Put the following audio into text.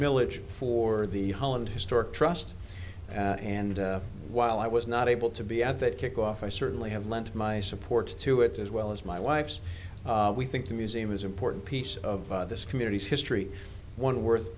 milledge for the holland historic trust and while i was not able to be at that kickoff i certainly have lent my support to it as well as my wife's we think the museum is important piece of this community is history one worth